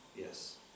Yes